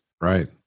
Right